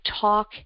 talk